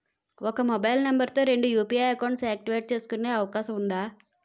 ఒక mobile number తో రెండు యు.పి.ఐ అకౌంట్స్ యాక్టివేట్ చేసుకునే అవకాశం వుందా?